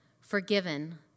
forgiven